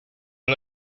der